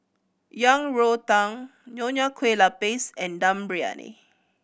Yang Rou Tang Nonya Kueh Lapis and Dum Briyani